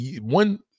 one